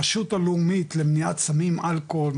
הרשות הלאומית למניעת סמים אלכוהול,